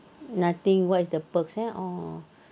nothing what is the percent or